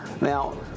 Now